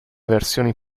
versioni